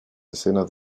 escenas